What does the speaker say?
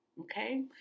Okay